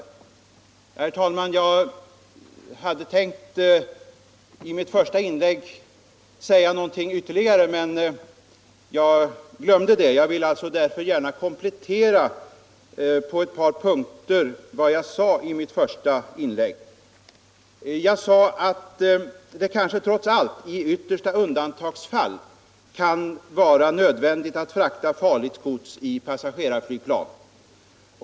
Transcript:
Herr talman! Jag hade tänkt att i mitt första inlägg också säga någonting om ett par andra saker, men jag glömde det. Därför vill jag nu något komplettera vad jag sade där. Jag förklarade att det kanske trots allt i yttersta undantagsfall kan vara nödvändigt att frakta farligt gods i passagerarflygplan.